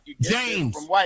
James